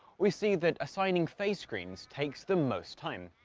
we see that assigning phase screens takes the most time.